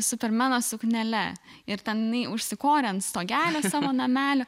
supermeno suknele ir ten jinai užsikorė ant stogelio savo namelio